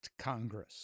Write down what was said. Congress